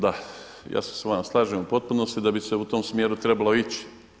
Da ja se s vama slažem u potpunosti da bi se u tom smjeru trebalo ići.